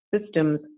systems